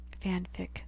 fanfic